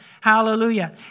Hallelujah